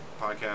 podcast